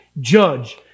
judge